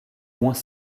moins